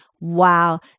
wow